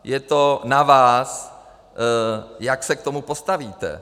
Je to na vás, jak se k tomu postavíte.